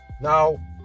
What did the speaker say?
now